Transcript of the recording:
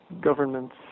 governments